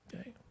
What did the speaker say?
Okay